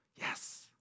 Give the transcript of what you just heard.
yes